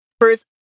First